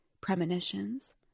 premonitions